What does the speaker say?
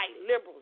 liberals